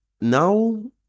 now